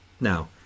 Now